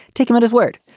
take him at his word.